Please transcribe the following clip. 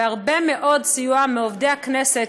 והרבה מאוד סיוע מעובדי הכנסת,